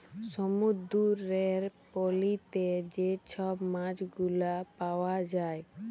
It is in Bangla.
সমুদ্দুরের পলিতে যে ছব মাছগুলা পাউয়া যায়